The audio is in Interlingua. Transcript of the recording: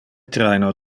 traino